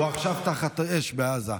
הוא עכשיו תחת אש בעזה.